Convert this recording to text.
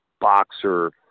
boxer